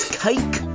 cake